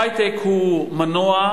היי-טק הוא מנוע,